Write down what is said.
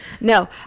No